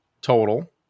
total